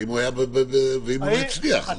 ומה אם הוא הצליח?